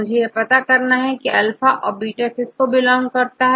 मुझे यह पता करना है कि यह अल्फा या बीटा किसको बिलॉन्ग करता है